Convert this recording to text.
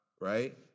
right